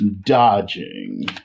dodging